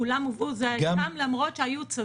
כולם הובאו, למרות שהיו צווים.